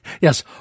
Yes